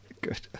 Good